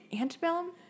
Antebellum